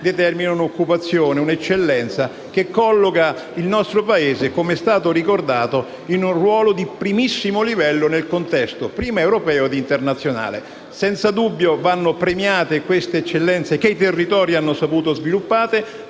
determinano occupazione in un settore di eccellenza che colloca il nostro Paese, come è stato ricordato, in un ruolo di primissimo livello nel contesto europeo e internazionale. Senza dubbio vanno premiate queste eccellenze che i territori hanno saputo sviluppare,